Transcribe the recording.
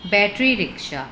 battery rickshaw